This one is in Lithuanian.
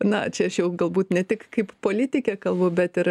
na čia aš jau galbūt ne tik kaip politikė kalbu bet ir